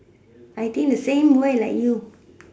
I think the same way like you